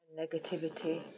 negativity